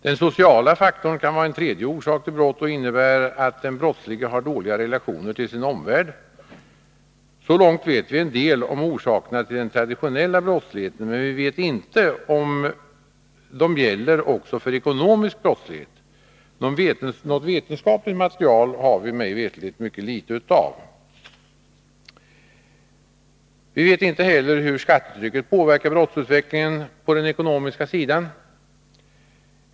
Den sociala faktorn kan vara en tredje orsak till brott och innebär att den brottslige har dåliga relationer till sin omvärld. Så långt vet vi en del om orsakerna till den traditionella brottsligheten, men vi vet inte om de gäller också för ekonomisk brottslighet. Något vetenskapligt material har vi mig veterligt mycket litet av. Vi vet inte heller hur skattetrycket påverkar brottsutvecklingen på den ekonomiska sidan.